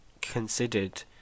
considered